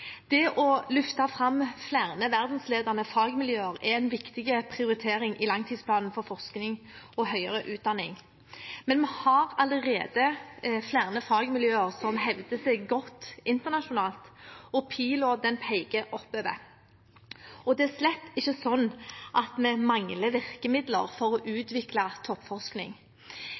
Det å løfte fram flere verdensledende fagmiljøer er en viktig prioritering i langtidsplanen for forskning og høyere utdanning. Men vi har allerede flere fagmiljøer som hevder seg godt internasjonalt, og pilen peker oppover. Og det er slett ikke slik at vi mangler virkemidler for å utvikle toppforskning.